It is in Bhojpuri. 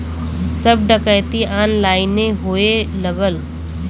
सब डकैती ऑनलाइने होए लगल